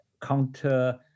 counter